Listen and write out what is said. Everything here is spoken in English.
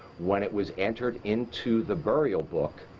when it was entered into the burial book,